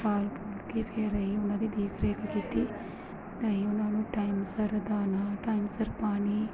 ਪਾਲ ਪੂਲ ਕੇ ਫਿਰ ਅਸੀਂ ਉਹਨਾਂ ਦੀ ਦੇਖ ਰੇਖ ਕੀਤੀ ਅਤੇ ਅਸੀਂ ਉਹਨਾਂ ਨੂੰ ਟਾਈਮ ਸਿਰ ਦਾਣਾ ਟਾਈਮ ਸਿਰ ਪਾਣੀ